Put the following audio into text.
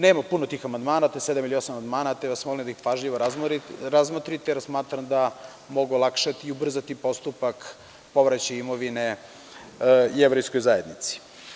Nema puno tih amandmana, to je sedam ili osam amandmana, te vas molim da ih pažljivo razmotrite, jer smatram da mogu olakšati i ubrzati postupak povraćaja imovine jevrejskoj zajednici.